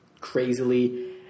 crazily